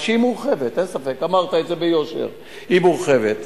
שהיא מורחבת,